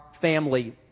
family